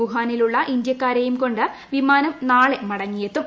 വുഹാനിലുള്ള ഇന്ത്യാക്കാരെയും കൊണ്ട് വിമാനം നാളെ മടങ്ങിയെത്തും